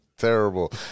terrible